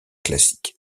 classique